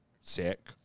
sick